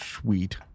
sweet